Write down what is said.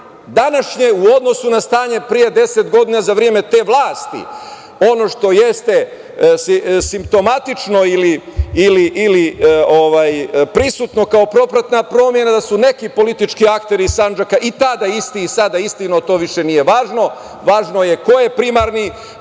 današnje u odnosu na stanje pre deset godina, za vreme te vlasti. Ono što jeste simptomatično ili prisutno kao propratna promena, da su neki politički akteri Sandžaka i tada isti i sada isti, no to sada više nije važno, važno je ko je primarni